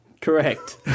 Correct